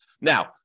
Now